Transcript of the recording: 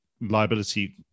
Liability